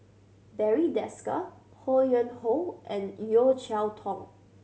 Barry Desker Ho Yuen Hoe and Yeo Cheow Tong